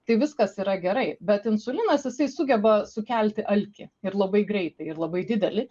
tai viskas yra gerai bet insulinas jisai sugeba sukelti alkį ir labai greitai ir labai didelį